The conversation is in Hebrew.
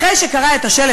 אחרי שקרא את השלט,